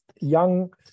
young